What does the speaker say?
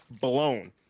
blown